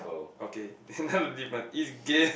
okay then then now the difference is gay